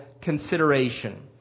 consideration